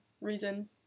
reason